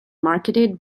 marketed